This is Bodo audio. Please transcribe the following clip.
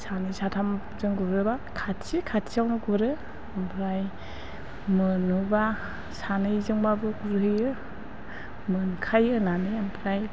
सानै साथामजों गुरोब्ला खाथि खाथियावनो गुरो ओमफ्राय मोनोब्ला सानैजोंबाबो गुरहैयो मोनखायो होननानै ओमफ्राय